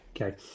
Okay